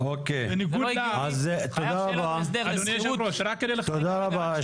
תודה רבה.